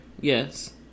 Yes